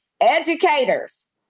Educators